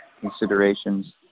considerations